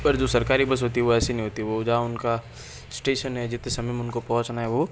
पर जो सरकारी बस होती है वो ऐसी नहीं होती वो जहाँ उनका स्टेशन है जितने समय में उनको पहुंचना है वो